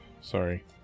sorry